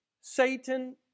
Satan